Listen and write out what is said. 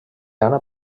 anna